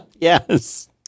Yes